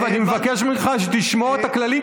אני מבקש שתשמור על הכללים,